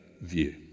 view